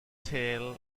tail